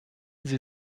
sie